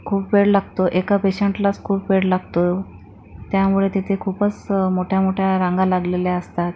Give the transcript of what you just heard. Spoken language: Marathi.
खूप वेळ लागतो एका पेशंटलाच खूप वेळ लागतो त्यामुळे तिथे खूपच मोठ्या मोठ्या रांगा लागलेल्या असतात